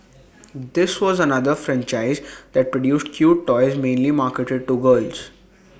this was another franchise that produced cute toys mainly marketed to girls